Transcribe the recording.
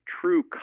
true